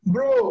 Bro